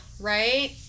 right